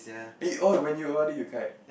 eh oh when you o_r_d you cried